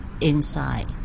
inside